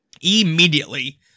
immediately